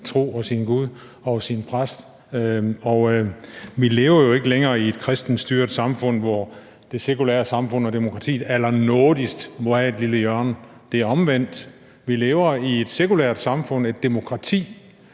tro og sin gud og sin præst. Vi lever jo ikke længere i et kristenstyret samfund, hvor det sekulære samfund og demokratiet allernådigst må få et lille hjørne. Det er omvendt. Vi lever i et sekulært samfund, et demokrati,